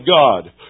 God